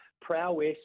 Prowess